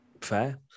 Fair